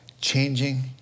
Changing